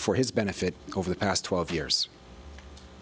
for his benefit over the past twelve years